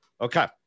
Okay